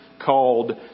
called